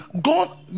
God